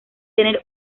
tener